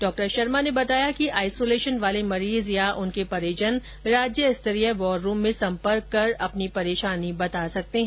doctor Sharma ने बताया कि आइसोलेशन वाले मरीज या उनके परिजन राज्य स्तरीय वॉर रूम में संपर्क कर अपनी परेशानी बता सकते हैं